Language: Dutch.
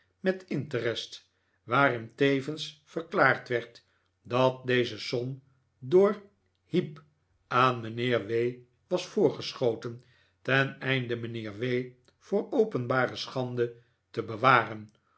met interest waarin tevens verklaard werd dat deze som door heep aan mijnheer w was voorgeschoten ten einde mijnheer w voor openbare schande te bewaren